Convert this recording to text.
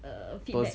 err feedback